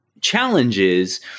challenges